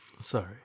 sorry